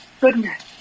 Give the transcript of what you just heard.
goodness